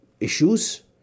issues